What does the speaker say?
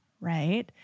right